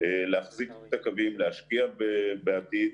להחזיק את הקווים, להשקיע בעתיד.